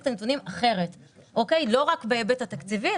אחרת את הנתונים; לא רק בהיבט תקציבי,